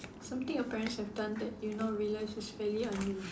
something your parents have done that you now realise is fairly unusual